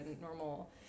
normal